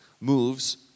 moves